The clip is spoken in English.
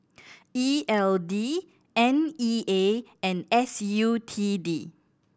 E L D N E A and S U T D